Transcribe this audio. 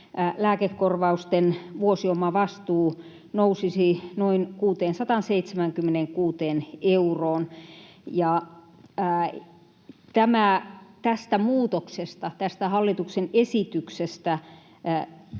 lääkekorvausten vuosiomavastuu nousisi noin 676 euroon. Tästä hallituksen esityksestä